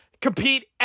compete